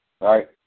right